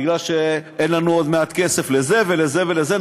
בגלל שאין לנו עוד מעט כסף לזה ולזה ולזה,